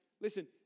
Listen